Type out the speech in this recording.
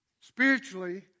spiritually